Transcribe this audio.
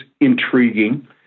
intriguing